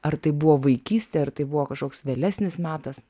ar tai buvo vaikystė ar tai buvo kažkoks vėlesnis metas